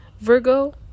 Virgo